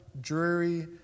dreary